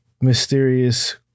mysterious